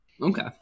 Okay